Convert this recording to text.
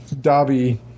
Dobby